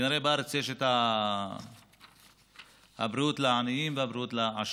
כנראה בארץ יש את הבריאות לעניים ואת הבריאות לעשירים.